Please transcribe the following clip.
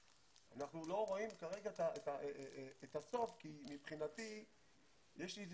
ואנחנו לא רואים כרגע את הסוף כי מבחינתי יש לי איזה